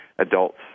adults